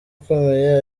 ikomeye